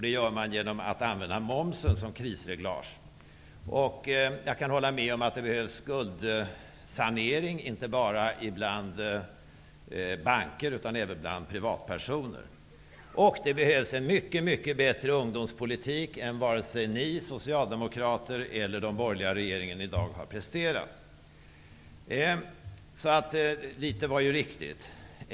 Det gör man genom att använda momsen som krisreglage. Jag kan hålla med om att det behövs skuldsanering, inte bara bland banker utan också bland privatpersoner. Det behövs också en mycket bättre ungdomspolitik än vad ni Socialdemokrater eller den borgerliga regeringen i dag har kunnat prestera. Så litet i det Ingvar Carlsson sade var riktigt.